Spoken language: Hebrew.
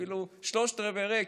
אפילו שלושת רבעי ריק,